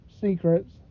secrets